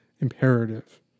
imperative